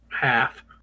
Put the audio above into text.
half